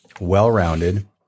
well-rounded